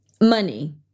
money